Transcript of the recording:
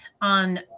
on